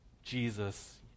Jesus